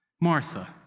Martha